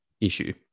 issue